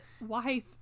wife